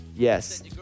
Yes